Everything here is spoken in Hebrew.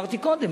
אמרתי קודם,